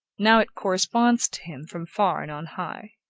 now it corresponds to him from far and on high.